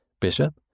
bishop